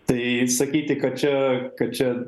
tai sakyti kad čia kad čia